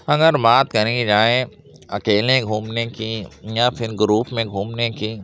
اگر بات کری جائے اکیلے گھومنے کی یا پھر گروپ میں گھومنے کی